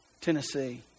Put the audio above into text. Tennessee